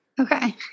Okay